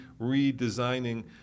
redesigning